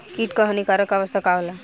कीट क हानिकारक अवस्था का होला?